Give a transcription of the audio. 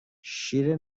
شیر